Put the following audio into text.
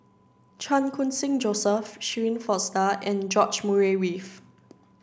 Chan Khun Sing Joseph Shirin Fozdar and George Murray Reith